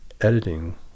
editing